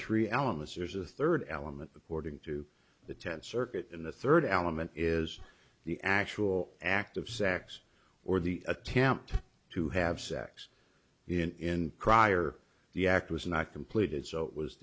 three elements there's a third element according to the tenth circuit in the third element is the actual act of sex or the attempt to have sex in prior the act was not completed so it was